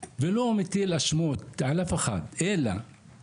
ואני לא מטיל אשמות על אף אחד, אלא